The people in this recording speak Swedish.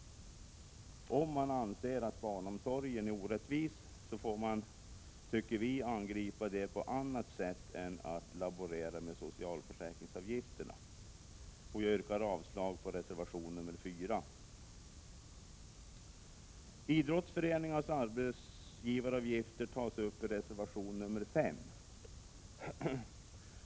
Om man anser att barnomsorgen är orättvis, får man väl angripa problemen på annat sätt än genom att laborera med socialförsäkringsavgifterna. Jag yrkar avslag på reservation nr 4. Idrottsföreningarnas arbetsgivaravgifter tas upp i reservation nr 5.